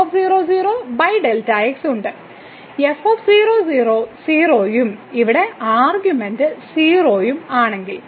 f 00 0 ഉം ഇവിടെ argument 0 ആണെങ്കിൽ